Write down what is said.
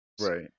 Right